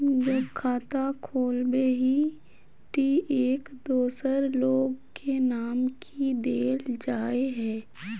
जब खाता खोलबे ही टी एक दोसर लोग के नाम की देल जाए है?